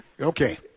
Okay